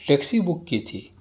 taxi book کی تھی